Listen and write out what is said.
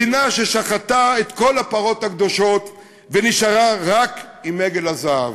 מדינה ששחטה את כל הפרות הקדושות ונשארה רק עם עגל הזהב,